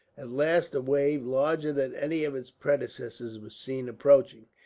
at last wave, larger than any of its predecessors, was seen approaching.